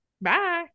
Bye